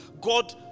God